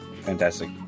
fantastic